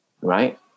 Right